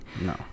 No